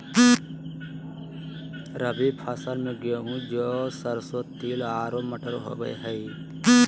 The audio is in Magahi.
रबी फसल में गेहूं, जौ, सरसों, तिल आरो मटर होबा हइ